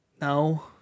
No